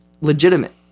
legitimate